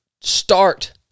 start